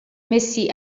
mesi